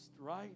right